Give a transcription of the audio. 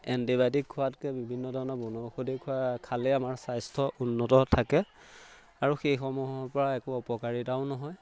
antibiotic খোৱাতকৈ বিভিন্ন ধৰণৰ বনৌষধি খোৱা খালেই আমাৰ স্বাস্থ্য উন্নত থাকে আৰু সেইসমূহৰ পৰা একো অপকাৰিতাও নহয়